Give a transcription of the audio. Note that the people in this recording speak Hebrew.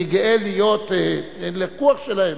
אני גאה להיות לקוח שלהם?